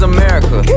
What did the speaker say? America